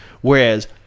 Whereas